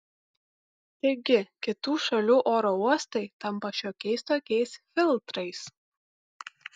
taigi kitų šalių oro uostai tampa šiokiais tokiais filtrais